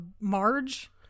Marge